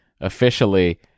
officially